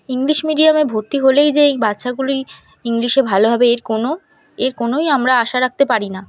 English মিডিয়ামে ভর্তি হলেই যে এই বাচ্চাগুলি ইংলিশে ভালো হবে এর কোনো এর কোনোই আমরা আশা রাখতে পারি না